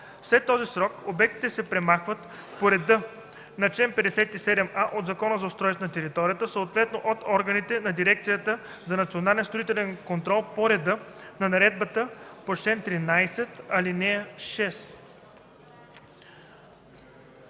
След този срок обектите се премахват по реда на чл. 57а от Закона за устройство на територията, съответно от органите на Дирекцията за национален строителен контрол по реда на наредбата по чл.13, ал. 6.”